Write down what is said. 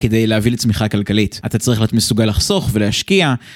כדי להביא לצמיחה כלכלית, אתה צריך להיות מסוגל לחסוך ולהשקיע.